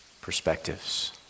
perspectives